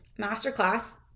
masterclass